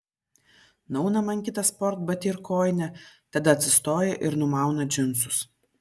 nuauna man kitą sportbatį ir kojinę tada atsistoja ir numauna džinsus